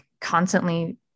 constantly